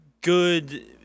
good